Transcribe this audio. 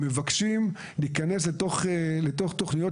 ועל כן העבודה שלו מאוד נוגעת לכל אזרח במדינת ישראל.